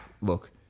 look